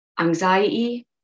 anxiety